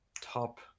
top